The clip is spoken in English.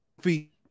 feet